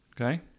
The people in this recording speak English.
Okay